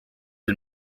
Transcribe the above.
and